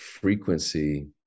frequency